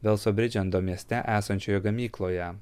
velso bridžendo mieste esančioje gamykloje